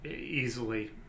easily